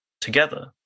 together